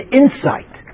insight